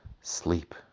sleep